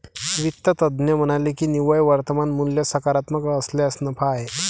वित्त तज्ज्ञ म्हणाले की निव्वळ वर्तमान मूल्य सकारात्मक असल्यास नफा आहे